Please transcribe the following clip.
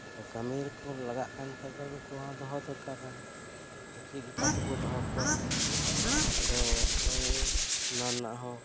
ᱠᱟᱹᱢᱤ ᱨᱮᱠᱚ ᱞᱟᱜᱟᱜ ᱠᱟᱱ ᱠᱷᱟᱱ ᱫᱚ ᱱᱩᱠᱩ ᱦᱚᱸ ᱫᱚᱦᱚ ᱫᱚᱨᱠᱟᱨ ᱠᱟᱱᱟ ᱪᱮᱫ ᱞᱮᱠᱟ ᱛᱮᱵᱚᱱ ᱫᱚᱦᱚ ᱠᱚᱣᱟ ᱟᱫᱚ ᱱᱚᱜᱚᱭ ᱚᱱᱟ ᱨᱮᱱᱟᱜ ᱦᱚᱸ